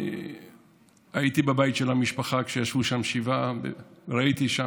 הייתי בבית של המשפחה כשישבו שם שבעה וראיתי.